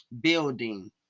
building